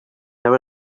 there